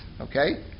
okay